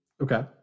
Okay